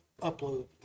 upload